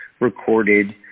recorded